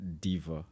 diva